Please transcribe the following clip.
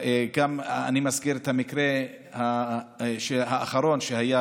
אני גם מזכיר את המקרה האחרון, שהיה